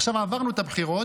עכשיו עברנו את הבחירות,